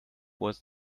was